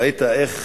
ראית איך